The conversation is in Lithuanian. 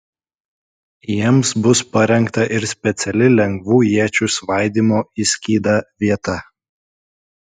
jiems bus parengta ir speciali lengvų iečių svaidymo į skydą vieta